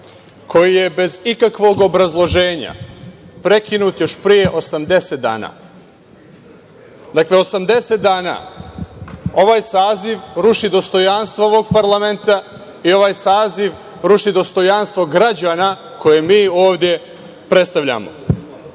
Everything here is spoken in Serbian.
koje je bez ikakvog obrazloženja prekinuto još pre 80 dana. Dakle, 80 dana ovaj saziv ruši dostojanstvo ovog parlamenta i ovaj saziv ruši dostojanstvo građana koje mi ovde predstavljamo.